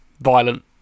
violent